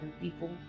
people